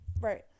right